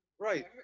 Right